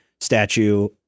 statue